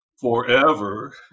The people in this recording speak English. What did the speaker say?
forever